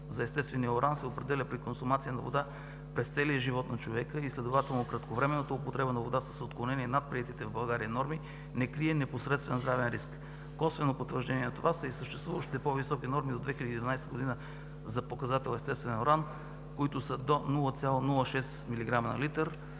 за естествения уран се определя при консумация на вода през целия живот на човека и следователно кратковременната употреба на вода с отклонение над приетите в България норми не крие непосредствен здравен риск. Косвено потвърждение на това са и съществуващите по-високи норми от 2011 г. за показател „естествен уран“, които са до 0,06 мг/л.